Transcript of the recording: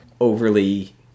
overly